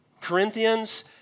Corinthians